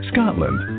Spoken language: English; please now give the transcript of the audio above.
Scotland